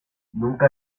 nunca